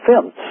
fence